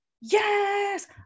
yes